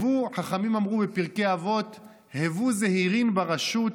חכמים אמרו בפרקי אבות: "הוו זהירים ברשות,